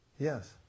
Yes